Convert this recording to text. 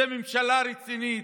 זו ממשלה רצינית?